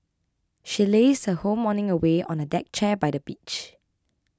she lazed her whole morning away on a deck chair by the beach